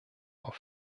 auf